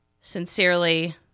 Sincerely